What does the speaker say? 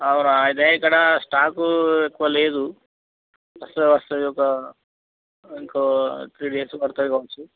అవునా అదే ఇక్కడ స్టాకు ఎక్కువ లేదు వస్తుంది వస్తుంది ఒక ఇంకో త్రీ డేస్ పడుతుంది కావచ్చు